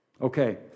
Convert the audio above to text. Okay